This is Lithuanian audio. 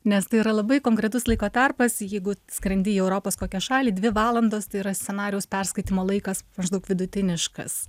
nes tai yra labai konkretus laiko tarpas jeigu skrendi į europos kokią šalį dvi valandos tai yra scenarijaus perskaitymo laikas maždaug vidutiniškas